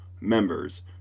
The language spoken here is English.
members